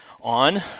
on